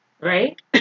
right